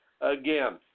again